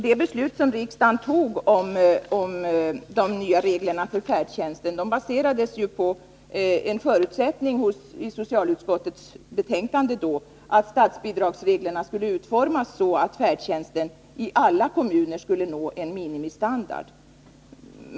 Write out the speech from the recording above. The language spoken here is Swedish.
Det beslut som riksdagen fattade om de nya reglerna för färdtjänsten baserades ju på den förutsättningen i socialutskottets betänkande, att statsbidragsreglerna skulle utformas så, att färdtjänsten i alla kommuner skulle uppnå en minimistandard.